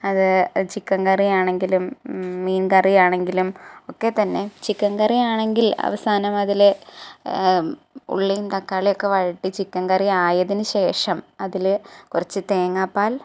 അത് chicken curry ആണെങ്കിലും മീൻക്കറി ആണെങ്കിലും ഒക്കെത്തന്നെ ചിക്കൻ കറി ആണെങ്കിൽ അവസാനം അതിൽ ഉള്ളിയും തക്കാളിയും ഒക്കെ വഴറ്റി ചിക്കൻ കറി ആയതിനു ശേഷം അതിൽ കുറച്ചു തേങ്ങാ പാൽ